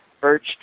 birch